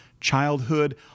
childhood